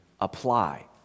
apply